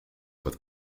with